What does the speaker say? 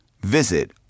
Visit